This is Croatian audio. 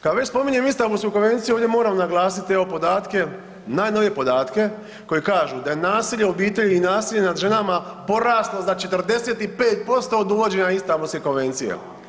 Kada već spominjem Istambulsku konvenciju ovdje moram naglasiti podatke, najnovije podatke koji kažu da je nasilje u obitelji i nasilje nad ženama poraslo za 45% od uvođenja Istambulske konvencije.